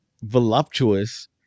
voluptuous